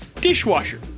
dishwasher